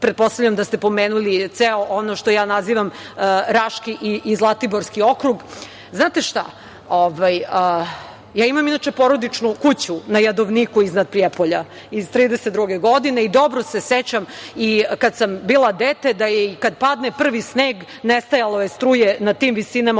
da ste pomenuli ono što ja nazivam Raški i Zlatiborski okrug. Znate šta, ja imam porodičnu kuću na Jadovniku iznad Prijepolje iz 1932. godine i dobro se sećam, kada sam bila dete, i kada padne prvi sneg nestajalo je struje na tim visinama